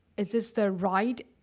is this the right